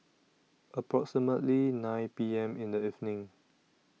approximately nine P M in The evening